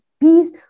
peace